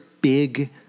big